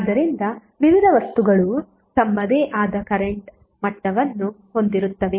ಆದ್ದರಿಂದ ವಿವಿಧ ವಸ್ತುಗಳು ತಮ್ಮದೇ ಆದ ಕರೆಂಟ್ ಮಟ್ಟವನ್ನು ಹೊಂದಿರುತ್ತವೆ